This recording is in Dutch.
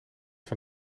van